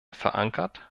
verankert